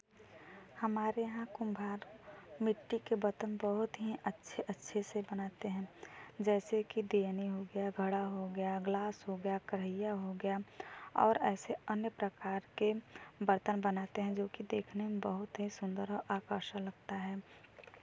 हमारे यहाँ कुंभार मिट्टी के बर्तन बहुत ही अच्छे अच्छे से बनाते हैं जैसे कि दियने हो गया घड़ा हो गया ग्लास हो गया कड़हैया हो गया और ऐसे अन्य प्रकार के बर्तन बनाते हैं जो की देखने में बहुत ही सुंदर आकर्षक लगता है